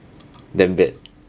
that bad